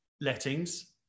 lettings